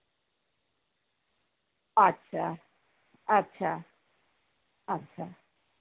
ᱟᱪᱪᱷᱟ ᱟᱪᱪᱷᱟ ᱟᱪᱪᱷᱟ